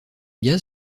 gaz